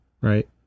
right